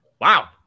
wow